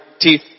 teeth